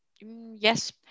Yes